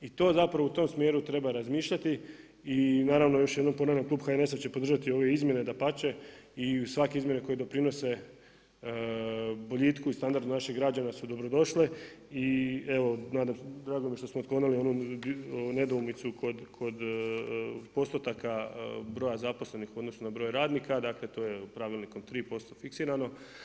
I to zapravo u tom smjeru treba razmišljati i naravno još jednom ponavljam, klub HNS-a će podržati ove izmjene, dapače i svake izmjene koje doprinose boljitku i standardu naših građana su dobrodošle i evo nadam se, drago mi je što smo otklonili onu nedoumicu kod postotaka broja zaposlenih u odnosu na broj radnika, dakle to je pravilnikom 3 … fiksirano.